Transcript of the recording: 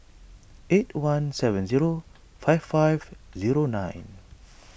eight one seven zero five five zero nine